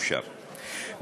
אי-אפשר,